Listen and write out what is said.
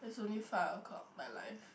it is only five o-clock my life